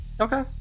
Okay